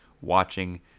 watching